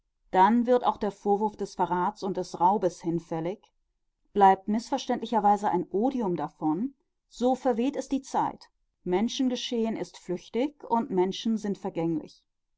dann wird auch der vorwurf des verrats und raubes hinfällig bleibt mißverständlicherweise ein odium davon so verweht es die zeit menschengeschehen ist flüchtig und menschen sind vergänglich